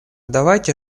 давайте